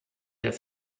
der